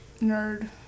Nerd